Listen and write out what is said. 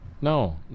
no